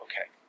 Okay